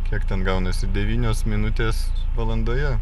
kiek ten gaunasi devynios minutės valandoje